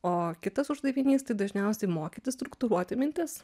o kitas uždavinys tai dažniausiai mokyti struktūruoti mintis